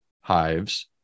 hives